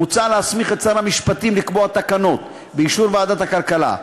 מוצע להסמיך את שר המשפטים לקבוע תקנות באישור ועדת הכלכלה.